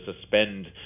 suspend